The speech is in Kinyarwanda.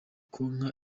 konka